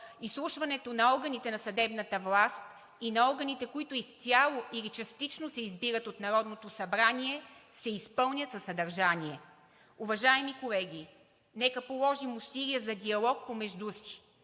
изслушването на органите на съдебната власт и на органите, които изцяло или частично се избират от Народното събрание, се изпълнят със съдържание. Уважаеми колеги! Нека положим усилия за диалог помежду си